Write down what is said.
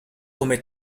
come